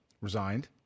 resigned